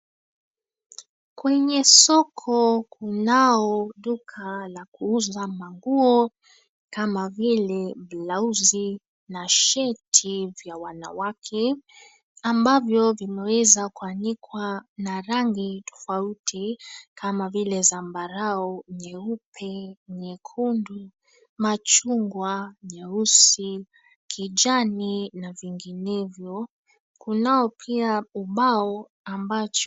Kwenye soko kunao duka la kuuza manguo kama vile blauzi, mashati vya wanawake ambavyo vimeweza kuanikwa na rangi tofauti kama vile zambarau, nyeupe, nyekundu, machungwa, nyeusi, kijani na vinginevyo. Kunao pia kibao ambacho.